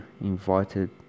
invited